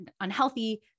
unhealthy